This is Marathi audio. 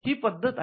ही पद्धत आहे